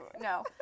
No